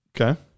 Okay